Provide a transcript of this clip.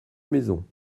maison